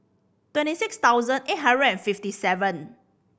twenty six thousand eight hundred and fifty seven